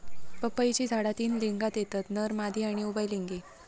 पपईची झाडा तीन लिंगात येतत नर, मादी आणि उभयलिंगी